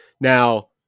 now